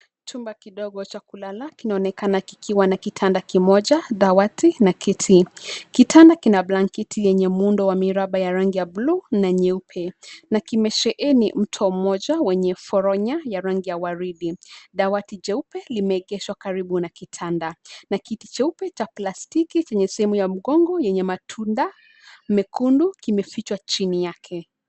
Chumba kidogo cha kulala kinaonekana kikiwa na kitanda kimoja, dawati na kiti. Kitanda kina blanketi yenye muundo wa miraba ya randi ya bluu na nyeupe, Na kimesheheni mto mmoja wenye foronya ya rangi wa waridi. Dawati jeupe limeegeshwa karibu na kitanda. Na kiti cheupe cha plastiki chenye sehemu ya mgongo yenye matunda mekundu kimefichwa chini yake.